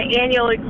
annual